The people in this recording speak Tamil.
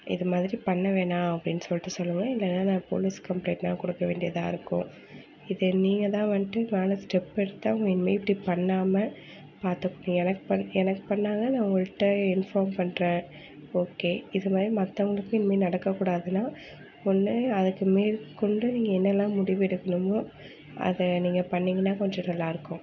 இது மாதிரி பண்ண வேணாம் அப்படின் சொல்லிட்டு சொல்லுங்கள் இல்லைனா நான் போலீஸ் கம்ப்லைன்ட் தான் கொடுக்க வேண்டியதாக இருக்கும் இது நீங்கள் தான் வந்துட்டு மேலே ஸ்டெப் எடுத்து அவங்க இனிமே இப்படி பண்ணாமல் பார்த்து எனக் பண் எனக்கு பண்ணாங்க நான் உங்கள்கிட்ட இன்ஃபார்ம் பண்றேன் ஓகே இதுமாதிரி மத்தவங்களுக்கும் இனிமேல் நடக்க கூடாதுனால் ஒன்று அதற்கு மேற்கொண்டு நீங்கள் என்னலாம் முடிவு எடுக்கணுமோ அதை நீங்கள் பண்ணிங்கனால் கொஞ்சம் நல்லா இருக்கும்